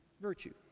virtue